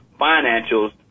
financials